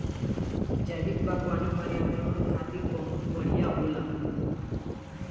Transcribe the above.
जैविक बागवानी पर्यावरण खातिर बहुत बढ़िया होला